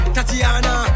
Tatiana